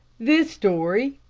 this story,